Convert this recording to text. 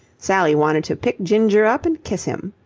sally wanted to pick ginger up and kiss him.